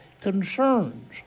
concerns